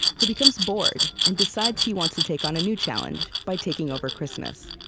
who becomes bored and decides he wants to take on a new challenge by taking over christmas.